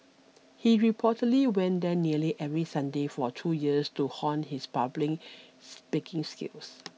he reportedly went there nearly every Sunday for two years to hone his public speaking skills